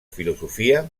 filosofia